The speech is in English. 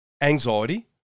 anxiety